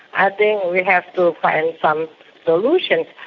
i think we have to find some solutions,